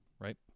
right